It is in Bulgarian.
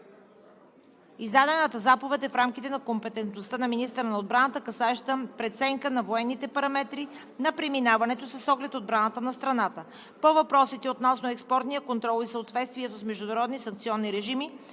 Издадената заповед е в рамките на компетентността на министъра на отбраната, касаеща преценка на военните параметри на преминаването с оглед отбраната на страната. По въпросите относно експортния контрол и съответствие с международни санкционни режими,